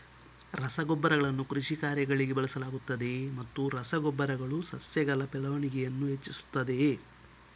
ರಸಗೊಬ್ಬರಗಳನ್ನು ಕೃಷಿ ಕಾರ್ಯಗಳಿಗೆ ಬಳಸಲಾಗುತ್ತದೆಯೇ ಮತ್ತು ರಸ ಗೊಬ್ಬರಗಳು ಸಸ್ಯಗಳ ಬೆಳವಣಿಗೆಯನ್ನು ಹೆಚ್ಚಿಸುತ್ತದೆಯೇ?